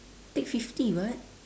take fifty [what]